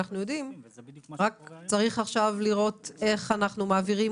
רק שצריך עכשיו לראות איך אנחנו מעבירים